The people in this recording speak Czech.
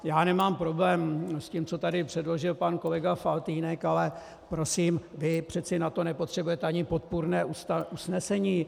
Já nemám problém s tím, co tady předložil pan kolega Faltýnek, ale prosím, vy přece na to nepotřebujete ani podpůrné usnesení.